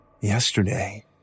Yesterday